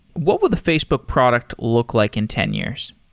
what would the facebook product look like in ten years?